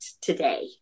today